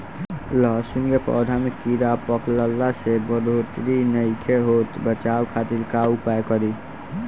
लहसुन के पौधा में कीड़ा पकड़ला से बढ़ोतरी नईखे होत बचाव खातिर का उपाय करी?